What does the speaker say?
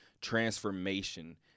transformation